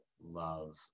love